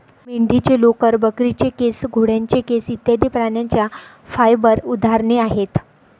मेंढीचे लोकर, बकरीचे केस, घोड्याचे केस इत्यादि प्राण्यांच्या फाइबर उदाहरणे आहेत